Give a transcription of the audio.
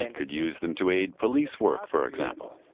and could use them to aid police work for example,